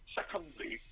Secondly